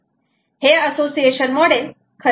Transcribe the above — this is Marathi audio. हे असोसिएशन मॉडेल खरेतर BLE 4